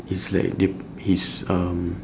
it's like they his um